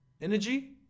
energy